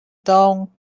down